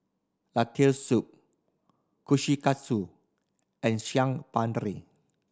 Lentil Soup Kushikatsu and